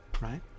right